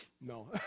No